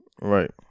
Right